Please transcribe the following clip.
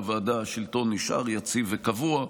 בוועדה השלטון נשאר יציב וקבוע,